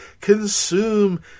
consume